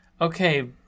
Okay